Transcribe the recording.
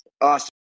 Awesome